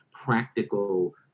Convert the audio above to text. Practical